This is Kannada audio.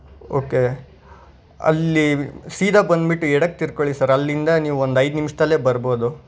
ಓಕೆ ಅಲ್ಲಿ ಸೀದಾ ಬಂದ್ಬಿಟ್ಟು ಎಡಕ್ಕೆ ತಿರ್ಕೊಳ್ಳಿ ಸರ್ ಅಲ್ಲಿಂದ ನೀವೊಂದು ಐದು ನಿಮಿಷ್ದಲ್ಲೇ ಬರ್ಬೋದು